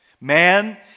man